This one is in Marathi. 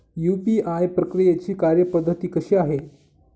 यू.पी.आय प्रक्रियेची कार्यपद्धती कशी आहे?